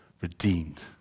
redeemed